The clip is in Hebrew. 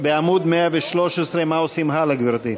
בעמוד 113. מה עושים הלאה, גברתי?